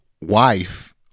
wife